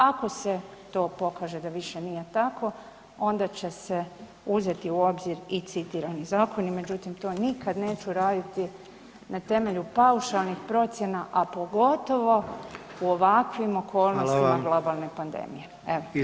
Ako se to pokaže da više nije tako onda će se uzeti u obzir i citirani zakoni, međutim to nikad neću raditi na temelju paušalnih procjena, a pogotovo u ovakvim okolnostima globalne pandemije [[Upadica: Hvala vam]] Evo.